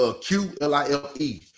Q-L-I-L-E